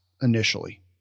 initially